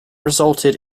resulted